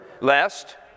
lest